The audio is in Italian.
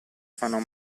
fanno